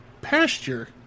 pasture